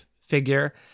figure